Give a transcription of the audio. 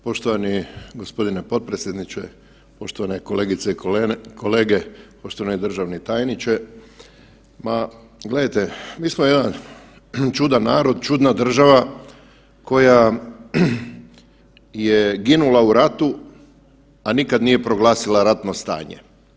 Poštovani gospodine potpredsjedniče, poštovane kolegice i kolege, poštovani državni tajniče, ma gledajte mi smo jedan čudan narod, čudna država koja je ginula u ratu, a nikad nije proglasila ratno stanje.